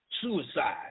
suicide